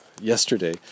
Yesterday